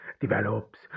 develops